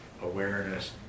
awareness